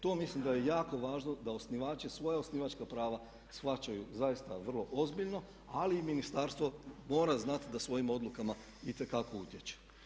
To mislim da je jako važno da osnivači svoja osnivačka prava shvaćaju zaista vrlo ozbiljno ali i ministarstvo mora znati da svojim odlukama itekako utječe.